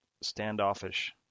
standoffish